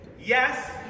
Yes